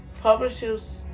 publishers